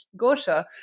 Gosha